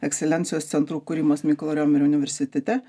ekscelencijos centrų kūrimas mykolo riomerio universitete